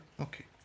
Okay